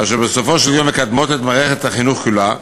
אשר בסופו של יום מקדמות את מערכת החינוך כולה,